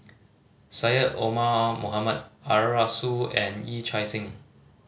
Syed Omar Mohamed Arasu and Yee Chia Hsing